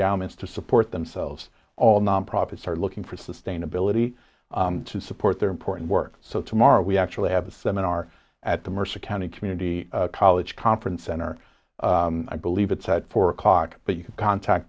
has to support themselves all nonprofits are looking for sustainability to support their important work so tomorrow we actually have a seminar at the mercer county community college conference center i believe it's at four o'clock but you can contact